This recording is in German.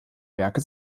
werke